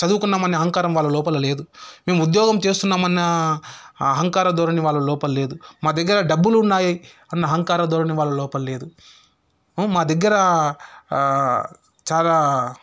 చదువుకున్నామన్న అహంకారం వాళ్ళ లోపల లేదు మేము ఉద్యోగం చేస్తున్నామన్న అహంకార ధోరణి వాళ్ళ లోపల లేదు మా దగ్గర డబ్బులు ఉన్నాయి అన్న అహంకార ధోరణి వాళ్ళ లోపలి లేదు మా దగ్గిర చాలా